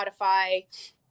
Spotify